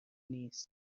نیست